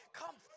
come